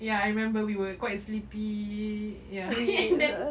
ya I remember we were quite sleepy ya and then